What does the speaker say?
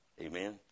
Amen